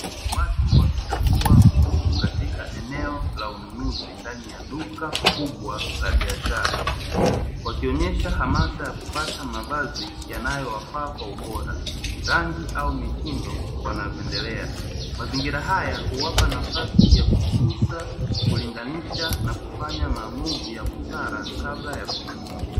Watu wakichagua nguo katika eneo la ununuzi ndani ya duka kubwa la biashara, wakionyesha hamasa ya kupata mavazi yanayofaa na kwa ubora, rangi au mitindo wanayopendelea. Mazingira haya huwapa nafasi ya kugusa, kulinganisha na kufanya maamuzi ya busara kabla ya kununua.